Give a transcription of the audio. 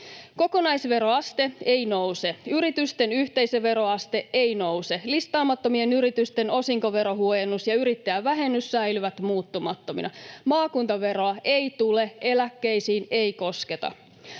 Kokonaisveroaste ei nouse. Yritysten yhteisöveroaste ei nouse. Listaamattomien yritysten osinkoverohuojennus ja yrittäjävähennys säilyvät muuttumattomina. Maakuntaveroa ei tule, eläkkeisiin ei kosketa.